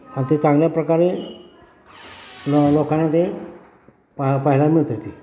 आणि ते चांगल्या प्रकारे ल लोकांना ते पा पाहायला मिळतं आहे ते